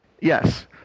Yes